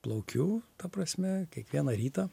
plaukiu ta prasme kiekvieną rytą